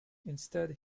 instead